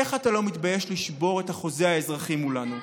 איך אתה לא מתבייש לשבור את החוזה האזרחי מולנו?